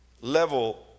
level